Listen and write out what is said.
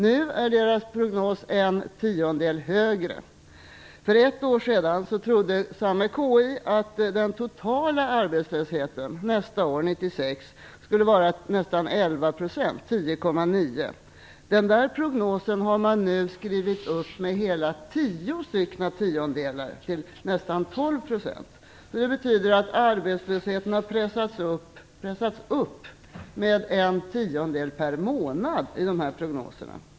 Nu är dess prognos en tiondel högre. För ett år sedan trodde samma KI att den totala arbetslösheten nästa år, 1996, skulle vara nästan 11 %, 10,9 %. Den prognosen har man nu skrivit upp med hela tio tiondelar, till nästan 12 %. Det betyder att arbetslösheten har pressats upp med en tiondel per månad enligt dessa prognoser.